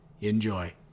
Enjoy